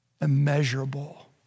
immeasurable